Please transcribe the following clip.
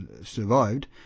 survived